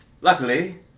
Luckily